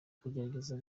kugerageza